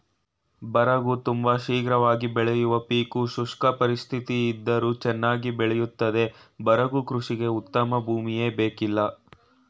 ಬರಗು ತುಂಬ ಶೀಘ್ರವಾಗಿ ಬೆಳೆಯುವ ಪೀಕು ಶುಷ್ಕ ಪರಿಸ್ಥಿತಿಯಿದ್ದರೂ ಚನ್ನಾಗಿ ಬೆಳಿತದೆ ಬರಗು ಕೃಷಿಗೆ ಉತ್ತಮ ಭೂಮಿಯೇ ಬೇಕಿಲ್ಲ